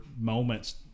moments